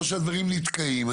או שהדברים נתקעים.